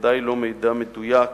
בוודאי לא מידע מדויק,